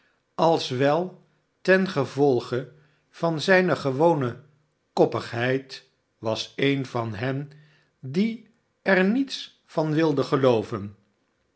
als wel ten gevolge van zijne gewone koppigkeid w as een van hen die er niets van wilde gelooven